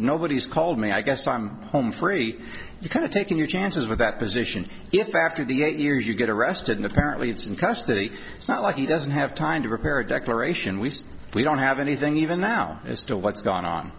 nobody's called me i guess i'm home free you kind of taking your chances with that position if after the eight years you get arrested and apparently it's in custody it's not like he doesn't have time to prepare a declaration we we don't have anything even now as to what's gone on